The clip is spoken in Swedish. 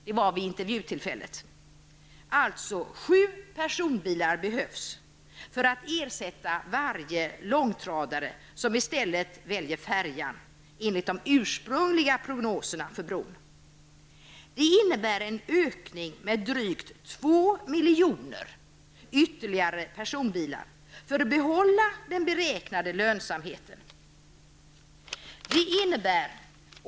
Det behövs alltså sju personbilar för att ersätta varje långtradare som i stället väljer färjan, enligt de ursprungliga prognoserna för bron. Det innebär en ökning med drygt 2 miljoner ytterligare personbilar för att den beräknade lönsamheten skall kunna uppnås.